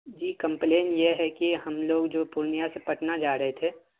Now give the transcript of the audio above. جی complain یہ ہے کہ ہم لوگ جو پورنیہ سے پٹنہ جا رہے تھے